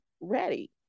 ready